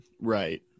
Right